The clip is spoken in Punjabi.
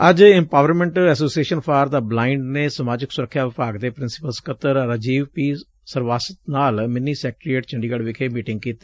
ਅੱਜ ਇੰਮਪਾਵਰਸੈਟ ਐਸੋਸੀਏਸ਼ਨ ਫਾਰ ਦਾ ਬਲਇੰਡ ਨੇ ਸਮਾਜਿਕ ਸੁਰੱਖਿਆ ਵਿਭਾਗ ਦੇ ਪ੍ਰਿੰਸੀਪਲ ਸਕੱਤਰ ਰਾਜੀਵ ਪੀ ਸਰਵਾਸਤ ਨਾਲ ਮਿੰਨੀ ਸੈਕਟਰੀਏਟ ਚੰਡੀਗੜ ਵਿਖੇ ਮੀਟਿੰਗ ਕੀਤੀ